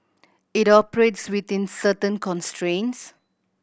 it operates within certain constraints